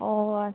ও আচ্ছা